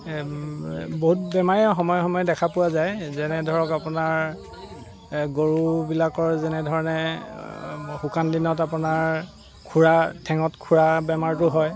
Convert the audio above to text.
বহুত বেমাৰে সময়ে সময়ে দেখা পোৱা যায় যেনে ধৰক আপোনাৰ গৰুবিলাকৰ যেনে ধৰণে শুকান দিনত আপোনাৰ খোৰা ঠেংত খোৰা বেমাৰটো হয়